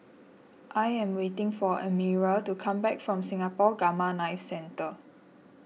I am waiting for Elmyra to come back from Singapore Gamma Knife Centre